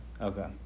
Okay